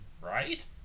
Right